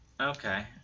Okay